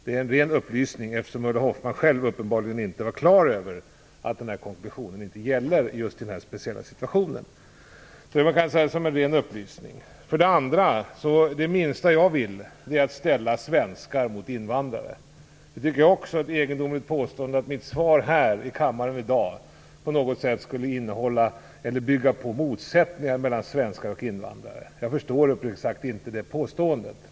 Det var en ren upplysning, eftersom Ulla Hoffmann uppenbarligen inte var klar över att konklusionen inte gällde just i den här speciella situationen. För det andra är det minsta jag vill att ställa svenskar mot invandrare. Jag tycker att det också var ett egendomligt påstående att mitt svar här i kammaren i dag på något sätt skulle öka motsättningarna mellan svenskar och invandrare. Jag förstår uppriktigt sagt inte det påståendet.